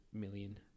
million